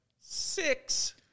six